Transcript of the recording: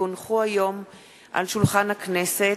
כי הונחו היום על שולחן הכנסת,